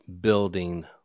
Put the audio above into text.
building